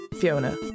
Fiona